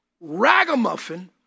ragamuffin